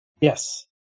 Yes